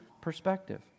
perspective